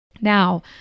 Now